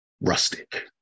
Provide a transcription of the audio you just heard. rustic